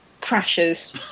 crashes